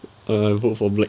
I vote for black